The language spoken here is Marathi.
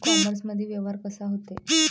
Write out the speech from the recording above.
इ कामर्समंदी व्यवहार कसा होते?